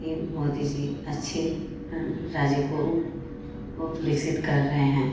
ये मोदी जी अच्छे राज्य को वो विकसित कर रहे हैं